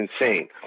insane